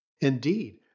Indeed